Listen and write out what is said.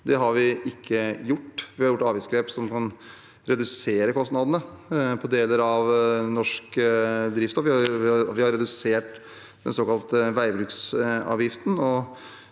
Det har vi ikke gjort, vi har tatt avgiftsgrep som reduserer kostnadene på deler av norsk drivstoff. Vi har redusert den såkalte veibruksavgiften,